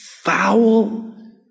foul